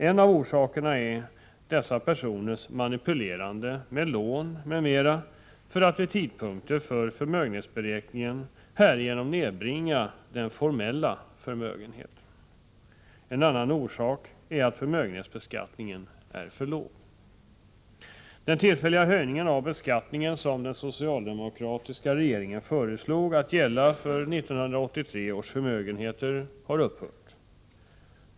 En av orsakerna är dessa personers manipulerande med lån m.m., för att vid tidpunkten för förmögenhetsberäkningen härigenom nedbringa den formella förmögenheten. En annan orsak är att förmögenhetsbeskattningen är för låg. Den tillfälliga höjning av beskattningen som den socialdemokratiska regeringen föreslog att gälla för 1983 års förmögenheter har upphört.